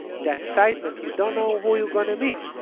the excitement, you don't know who you going to meet.